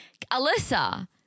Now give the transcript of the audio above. Alyssa